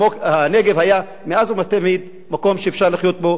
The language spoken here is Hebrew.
והנגב היה מאז ומתמיד מקום שאפשר לחיות בו,